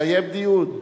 תקיים דיון.